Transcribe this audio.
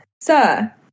Sir